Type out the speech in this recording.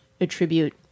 attribute